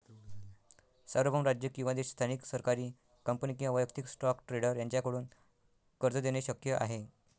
सार्वभौम राज्य किंवा देश स्थानिक सरकारी कंपनी किंवा वैयक्तिक स्टॉक ट्रेडर यांच्याकडून कर्ज देणे शक्य आहे